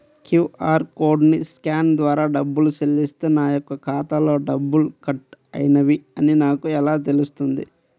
QR కోడ్ని scan ద్వారా డబ్బులు చెల్లిస్తే నా యొక్క ఖాతాలో డబ్బులు కట్ అయినవి అని నాకు ఎలా తెలుస్తుంది?